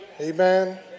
amen